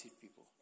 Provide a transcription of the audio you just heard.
people